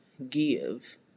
give